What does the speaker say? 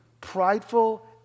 prideful